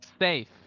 safe